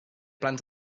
plans